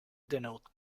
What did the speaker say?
denote